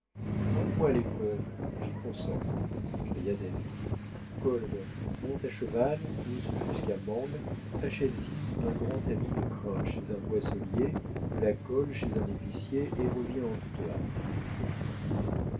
mettez-moi à l'épreuve j'y consens s'écria david kolb monte à cheval pousse jusqu'à mansle achètes y un grand tamis de crin chez un boisselier de la colle chez un épicier et reviens en toute hâte